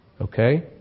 Okay